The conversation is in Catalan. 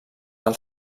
del